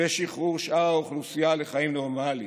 ושחרור שאר האוכלוסייה לחיים נורמליים.